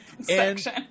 Section